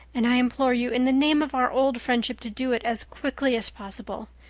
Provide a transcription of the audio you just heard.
and i implore you in the name of our old friendship to do it as quickly as possible.